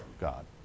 God